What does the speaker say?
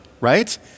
right